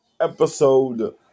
episode